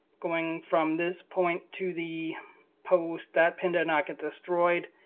going from this point to the post. that pin did not get destroyed.